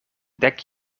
dek